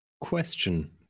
Question